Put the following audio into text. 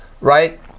right